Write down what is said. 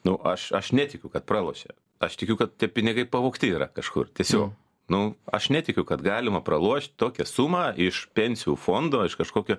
nu aš aš netikiu kad pralošė aš tikiu kad tie pinigai pavogti yra kažkur tiesiog nu aš netikiu kad galima pralošt tokią sumą iš pensijų fondo iš kažkokio